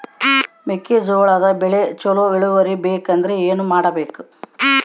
ಮೆಕ್ಕೆಜೋಳದ ಬೆಳೆ ಚೊಲೊ ಇಳುವರಿ ಬರಬೇಕಂದ್ರೆ ಏನು ಮಾಡಬೇಕು?